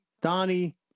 donnie